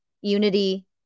unity